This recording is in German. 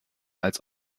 als